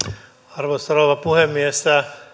arvoisa rouva puhemies